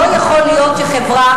לא יכול להיות שחברה,